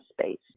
space